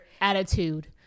attitude